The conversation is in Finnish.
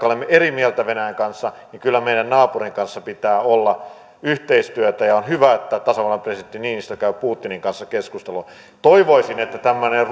olemme eri mieltä venäjän kanssa niin kyllä meidän naapurimme kanssa pitää olla yhteistyötä ja on hyvä että tasavallan presidentti niinistö käy putinin kanssa keskustelua toivoisin että tämmöinen